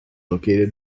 located